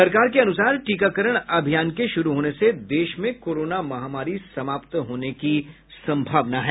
सरकार के अनुसार टीकाकरण अभियान के शुरू होने से देश में कोरोना महामारी समाप्त होने की संभावना है